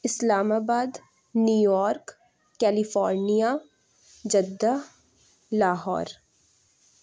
اِسلام آباد New York California Jeddah Lahore